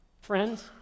Friends